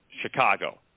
Chicago